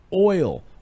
oil